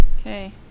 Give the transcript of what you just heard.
Okay